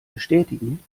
bestätigen